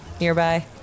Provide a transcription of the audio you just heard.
Nearby